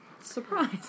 Surprise